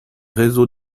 réseaux